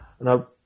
Now